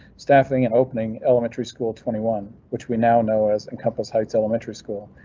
staffing and opening elementary school twenty one, which we now know is encompass heights elementary school.